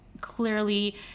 clearly